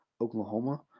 Oklahoma